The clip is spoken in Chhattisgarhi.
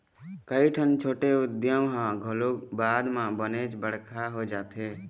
कइठन छोटे उद्यम ह घलोक बाद म बनेच बड़का हो जाथे